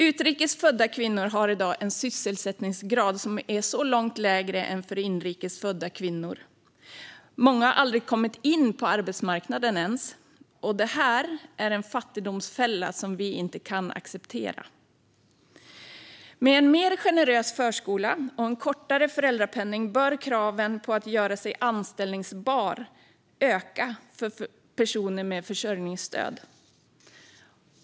Utrikes födda kvinnor har i dag en sysselsättningsgrad som är långt lägre än för inrikes födda kvinnor. Många har aldrig ens kommit in på arbetsmarknaden. Detta är en fattigdomsfälla som vi inte kan acceptera. Med en mer generös förskola och kortare föräldrapenning bör kraven på att göra sig anställbar öka för personer med försörjningsstöd.